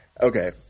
okay